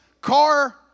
car